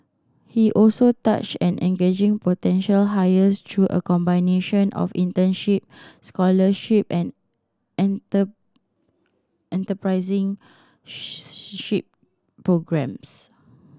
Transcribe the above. he also touched an engaging potential hires through a combination of internship scholarship and programmes